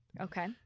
Okay